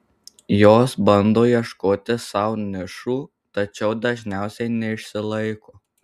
jos bando ieškoti sau nišų tačiau dažniausiai neišsilaiko